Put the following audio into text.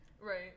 right